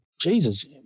Jesus